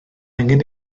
angen